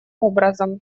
образом